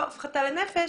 לא הפחתה לנפש